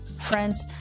Friends